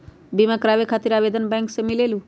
बिमा कराबे खातीर आवेदन बैंक से मिलेलु?